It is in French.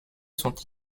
sont